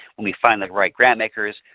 we find the right grantmakers,